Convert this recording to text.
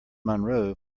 monroe